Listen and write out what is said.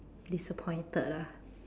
disappointed ah